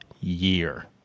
year